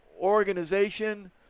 organization –